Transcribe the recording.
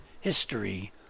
history